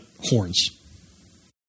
horns